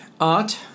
art